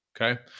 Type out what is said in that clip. Okay